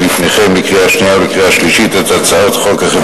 בקריאה שנייה וקריאה שלישית, יציג את הצעת החוק